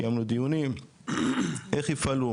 קיימנו דיונים איך יפעלו,